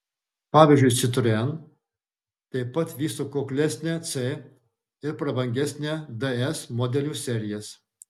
pavyzdžiui citroen taip pat vysto kuklesnę c ir prabangesnę ds modelių serijas